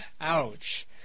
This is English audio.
ouch